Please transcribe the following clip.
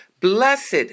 Blessed